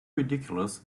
ridiculous